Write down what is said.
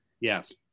Yes